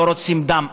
לא רוצים דם,